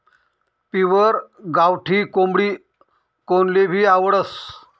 pure गावठी कोंबडी कोनलेभी आवडस